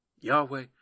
Yahweh